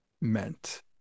meant